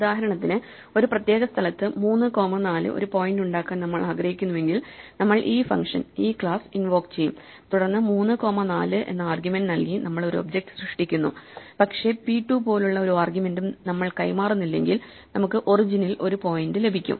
ഉദാഹരണത്തിന് ഒരു പ്രത്യേക സ്ഥലത്ത് 3 കോമ 4 ഒരു പോയിന്റ് ഉണ്ടാക്കാൻ നമ്മൾ ആഗ്രഹിക്കുന്നുവെങ്കിൽ നമ്മൾ ഈ ഫംഗ്ഷൻ ഈ ക്ലാസ് ഇൻവോക്ക് ചെയ്യും തുടർന്ന് 3 കോമ 4 എന്ന ആർഗ്യുമെൻറ് നൽകി നമ്മൾ ഒരു ഒബ്ജക്റ്റ് സൃഷ്ടിക്കുന്നു പക്ഷേ പി 2 പോലുള്ള ഒരു ആർഗ്യുമെന്റും നമ്മൾ കൈമാറുന്നില്ലെങ്കിൽ നമുക്ക് ഒറിജിനിൽ ഒരു പോയിന്റ് ലഭിക്കും